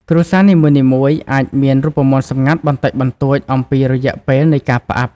គ្រួសារ នីមួយៗអាចមានរូបមន្តសម្ងាត់បន្តិចបន្តួចអំពីរយៈពេលនៃការផ្អាប់។